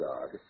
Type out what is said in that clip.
God